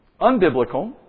Unbiblical